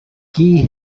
key